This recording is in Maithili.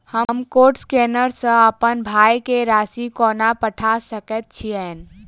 हम कोड स्कैनर सँ अप्पन भाय केँ राशि कोना पठा सकैत छियैन?